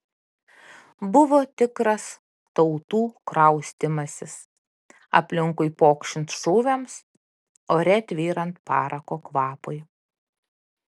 buvo tikras tautų kraustymasis aplinkui pokšint šūviams ore tvyrant parako kvapui